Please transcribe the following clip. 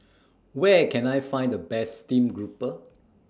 Where Can I Find The Best Steamed Grouper